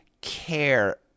care